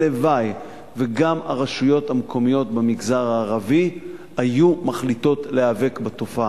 הלוואי שגם הרשויות המקומיות במגזר הערבי היו מחליטות להיאבק בתופעה.